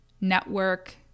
network